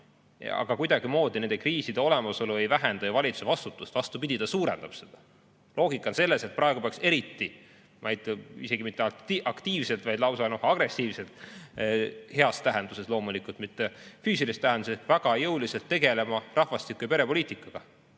Aga nende kriiside olemasolu ei vähenda ju kuidagimoodi valitsuse vastutust, vastupidi, ta suurendab seda. Loogika on selles, et praegu peaks eriti, ma ütleksin, isegi mitte aktiivselt, vaid lausa agressiivselt – heas tähenduses, loomulikult, mitte füüsilises tähenduses – ehk väga jõuliselt tegelema rahvastiku- ja perepoliitikaga.